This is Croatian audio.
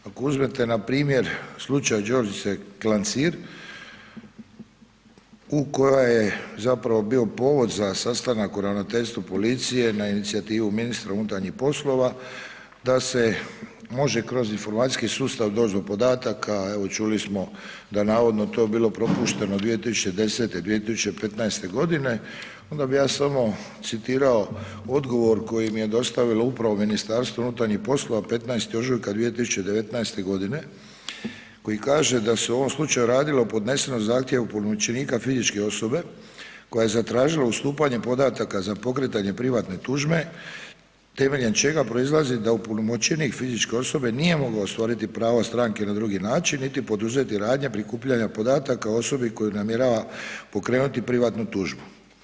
Ako uzmete npr. slučaj Đurđice Klancir u kojoj je zapravo bio povod za sastanak u ravnateljstvu policije na inicijativu ministra unutarnjih poslova da se može kroz informacijski sustav doći do podataka evo čuli smo da je navodno to bilo propušteno 2010., 2015. godine onda bi ja samo citirao odgovor koje mi je dostavilo upravo MUP 15. ožujka 2019. godine koji kaže da se u ovom slučaju radilo o podnesenom zahtjevu opunomoćenika fizičke osobe koja je zatražila ustupanje podataka za pokretanje privatne tužbe temeljem čega proizlazi da opunomoćenik fizičke osobe nije mogao ostvariti pravo stranke na drugi način niti poduzeti radnje prikupljanja podataka o osobi kojoj namjerava pokrenuti privatnu tužbu.